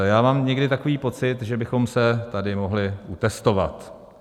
Já mám někdy takový pocit, že bychom se tady mohli utestovat.